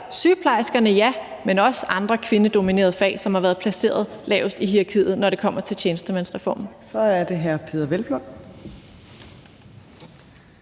sygeplejerskerne, ja, men også andre kvindedominerede fag, som har været placeret lavest i hierarkiet, når det kommer til tjenestemandsreformen. Kl. 15:27 Fjerde